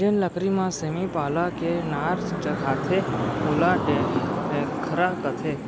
जेन लकरी म सेमी पाला के नार चघाथें ओला ढेखरा कथें